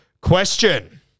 question